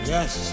Yes